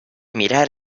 mirar